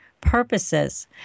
purposes